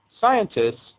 Scientists